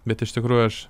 bet iš tikrųjų aš